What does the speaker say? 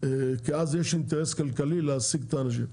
כי אז יש אינטרס כלכלי להעסיק את האנשים.